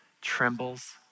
Trembles